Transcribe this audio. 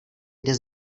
jde